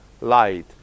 light